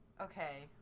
okay